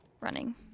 running